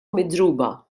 midruba